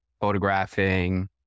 photographing